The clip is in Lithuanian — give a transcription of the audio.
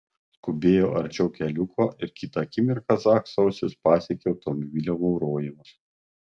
skubėjo arčiau keliuko ir kitą akimirką zakso ausis pasiekė automobilio maurojimas